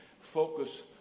focus